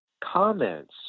comments